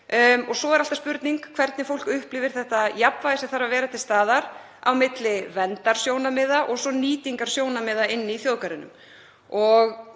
Svo er alltaf spurning hvernig fólk upplifir þetta jafnvægi sem þarf að vera til staðar á milli verndarsjónarmiða og nýtingarsjónarmiða í þjóðgarðinum.